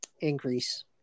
Increase